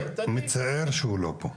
הוא מצטער שהוא לא פה.